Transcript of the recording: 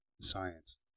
science